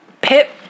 Pip